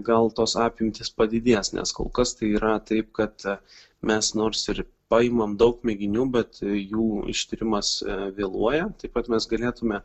gal tos apimtys padidės nes kol kas tai yra taip kad mes nors ir paimam daug mėginių bet jų ištyrimas vėluoja taip pat mes galėtume